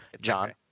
John